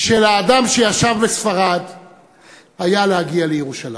של האדם היו להגיע לירושלים,